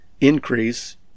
increase